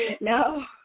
No